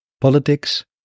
politics